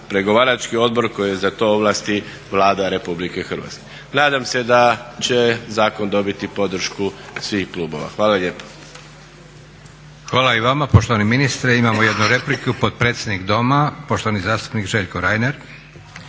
pregovarački odbor koji za to ovlasti Vlada Republike Hrvatske. Nadam se da će zakon dobiti podršku svih klubova. Hvala lijepo. **Leko, Josip (SDP)** Hvala i vama poštovani ministre. Imamo jednu repliku, potpredsjednik Doma poštovani zastupnik Željko Reiner.